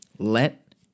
Let